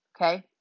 Okay